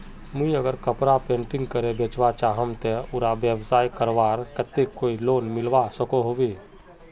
मुई अगर कपड़ा पेंटिंग करे बेचवा चाहम ते उडा व्यवसाय करवार केते कोई लोन मिलवा सकोहो होबे?